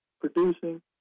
producing